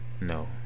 No